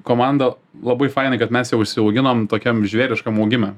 komanda labai fainai kad mes jau užsiauginom tokiam žvėriškam augime